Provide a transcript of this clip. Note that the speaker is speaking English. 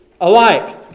alike